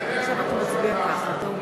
מי, לא, לבחור בך לראש ממשלה.